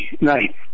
night